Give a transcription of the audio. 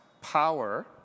power